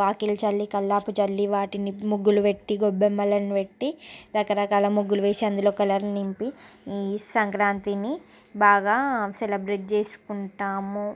వాకిలి చల్లి కల్లాపు చల్లి వాకిలి ముగ్గులు పెట్టి గొబ్బెమ్మలను పెట్టి రకరకాల ముగ్గులు వేసి అందులో కలర్లు నింపి ఈ సంక్రాంతిని బాగా సెలబ్రేట్ చేసుకుంటాము